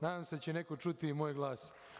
Nadam se da će neko čuti i moj glas.